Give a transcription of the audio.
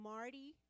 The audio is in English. Marty